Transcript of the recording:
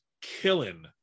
killing